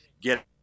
get